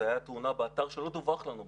זו הייתה תאונה באתר שלא דווח לנו בכלל.